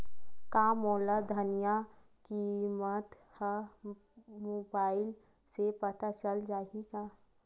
का मोला धनिया किमत ह मुबाइल से पता चल जाही का?